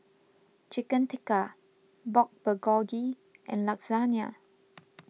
Chicken Tikka Pork Bulgogi and Lasagne